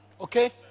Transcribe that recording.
okay